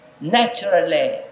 naturally